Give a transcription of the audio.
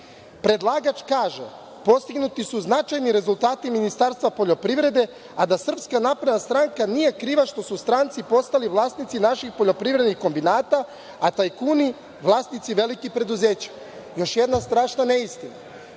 dana. Predlagač kaže – postignuti su značajni rezultati Ministarstva poljoprivrede, a da SNS nije kriva što su stranci postali vlasnici naših poljoprivrednih kombinata, a tajkuni vlasnici velikih preduzeća. Još jedna strašna neistina.